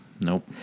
Nope